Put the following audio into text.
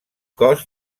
cos